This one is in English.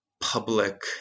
public